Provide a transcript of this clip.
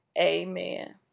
Amen